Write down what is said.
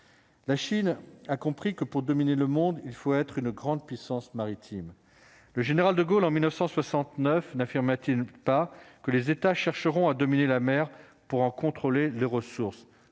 La Chine a compris que pour dominer le monde, il faut être une grande puissance maritime. Le général De Gaulle en 1969 n'affirma-t-il pas que les États chercheront à dominer la mer pour en contrôler les ressources,